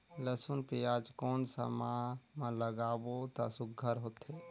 लसुन पियाज कोन सा माह म लागाबो त सुघ्घर होथे?